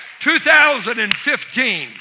2015